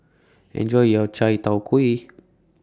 Enjoy your Chai Tow Kuay